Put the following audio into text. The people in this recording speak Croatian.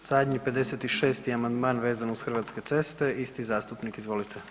I zadnji 56. amandman vezan uz Hrvatske ceste, isti zastupnik, izvolite.